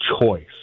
choice